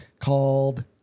called